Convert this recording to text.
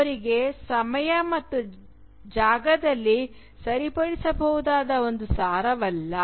ಅವರಿಗೆ ಅದು ಸಮಯ ಮತ್ತು ಜಾಗದಲ್ಲಿ ಸರಿಪಡಿಸಬಹುದಾದ ಒಂದು ಸಾರವಲ್ಲ